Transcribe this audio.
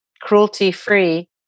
cruelty-free